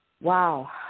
wow